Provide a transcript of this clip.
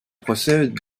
procès